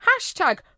Hashtag